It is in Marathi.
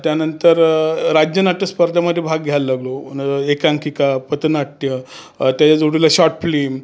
त्यानंतर राज्य नाट्यस्पर्धेमध्ये भाग घ्यायला लागलो एकांकिका पथनाट्य त्याच्या जोडीला शॉर्ट फिलीम